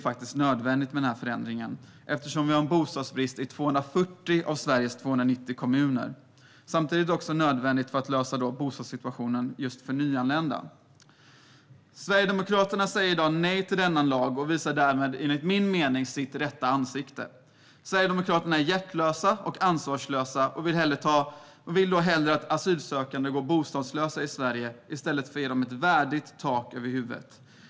Förändringen är nödvändig eftersom vi har bostadsbrist i 240 av Sveriges 290 kommuner. Samtidigt är det nödvändigt för att lösa bostadssituationen för nyanlända. Sverigedemokraterna säger i dag nej till denna lag och visar därmed, enligt min mening, sitt rätta ansikte. Sverigedemokraterna är hjärtlösa och ansvarslösa och vill hellre att asylsökande går bostadslösa i Sverige än att de ska ges ett värdigt tak över huvudet.